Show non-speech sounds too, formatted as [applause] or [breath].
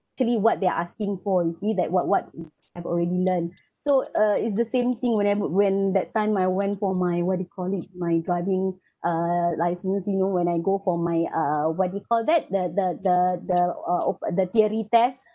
actually what they're asking for you see that what what I've already learnt so uh it's the same thing whatever when that time I went for my what do you call it my guarding [breath] uh like things you know when I go for my uh what do you call that the the the the o~ open the theory test